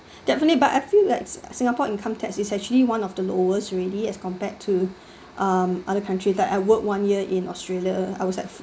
definitely but I feel that si~ singapore income tax is actually one of the lowest already as compared to uh other countries that I work one year in australia I was like